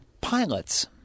pilots